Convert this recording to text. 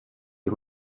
die